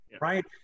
Right